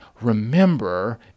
remember